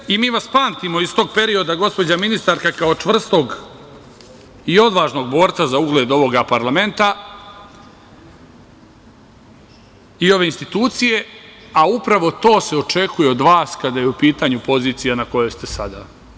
Vi ste, i mi vas pamtimo iz tog perioda, gospođo ministarka, kao čvrstog i odvažnog borca za ugled ovog parlamenta i ove institucije, a upravo to se očekuje od vas kada je u pitanju pozicija na kojoj ste sada.